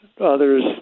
others